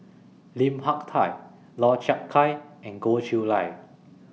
Lim Hak Tai Lau Chiap Khai and Goh Chiew Lye